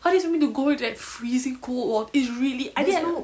how do you expect me to go into that freezing wa~ it's really I think I